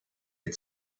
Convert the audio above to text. had